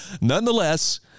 Nonetheless